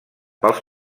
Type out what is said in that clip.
pels